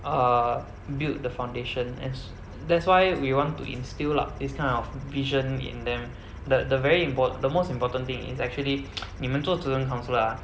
uh build the foundation and s~ that's why we want to instill lah is kind of vision in them the the very impor~ the most important thing is actually 你们做 student councillor ah